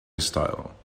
style